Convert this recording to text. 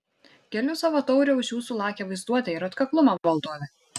keliu savo taurę už jūsų lakią vaizduotę ir atkaklumą valdove